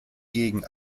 gegen